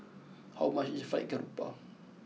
how much is Fried Garoupa